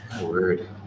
word